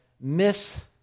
miss